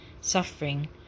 suffering